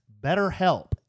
BetterHelp